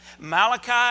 Malachi